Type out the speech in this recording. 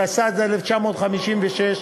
התשט"ז 1956,